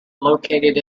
located